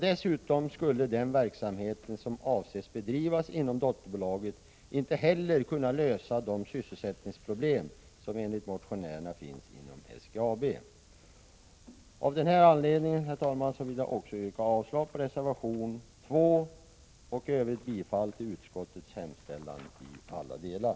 Dessutom skulle den verksamhet som avses att bedrivas inom dotterbolaget inte heller kunna lösa de sysselsättningsproblem som enligt motionärerna finns inom SGAB. Herr talman! Av den anledningen vill jag också yrka avslag på reservation 2 och i övrigt bifall till utskottets hemställan i alla delar.